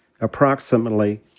approximately